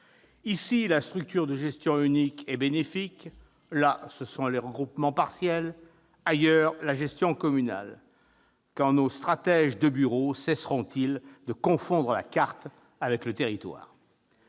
Ici, la structure de gestion unique est bénéfique ; là, ce sont les regroupements partiels ; ailleurs, la gestion communale. Quand nos stratèges de bureau cesseront-ils de confondre la carte avec le territoire ?